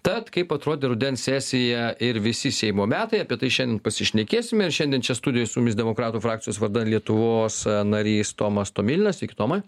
tad kaip atrodė rudens sesija ir visi seimo metai apie tai šiandien pasišnekėsime ir šiandien čia studijoje su mumis demokratų frakcijos vardan lietuvos narys tomas tomilinas sveiki tomai